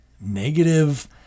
negative